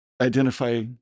identify